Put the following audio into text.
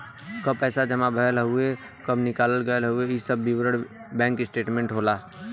कब पैसा जमा भयल हउवे कब निकाल गयल हउवे इ सब विवरण बैंक स्टेटमेंट होला